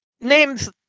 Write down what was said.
Names